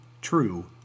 true